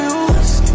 use